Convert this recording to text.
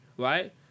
Right